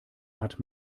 hat